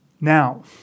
Now